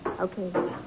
Okay